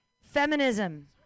Feminism